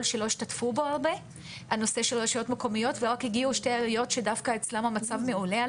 שלא השתתפו בו הרבה והגיעו רק שתי עיריות שאצלן המצב מעולה,